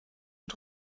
und